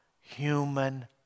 human